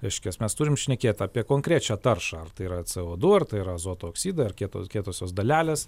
reiškias mes turim šnekėt apie konkrečią taršą ar tai yra cė o du ar azoto oksido ir kietos kietosios dalelės